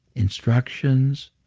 instructions,